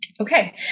Okay